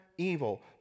evil